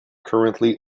currently